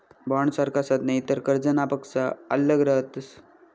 बॉण्डसारखा साधने इतर कर्जनापक्सा आल्लग रहातस